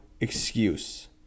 excuse